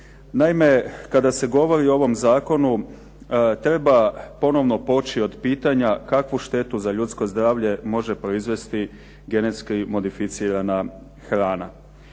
Naime, kada se govori o ovom zakonu treba ponovno poći od pitanja kakvu štetu za ljudsko zdravlje može proizvesti genetski modificirana hrana.